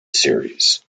series